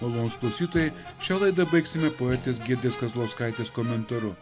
malonūs klausytojai šią laidą baigsime poetės giedrės kazlauskaitės komentaru